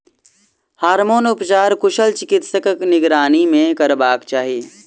hormone उपचार कुशल चिकित्सकक निगरानी मे करयबाक चाही